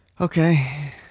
Okay